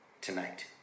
Tonight